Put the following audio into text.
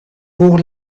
pour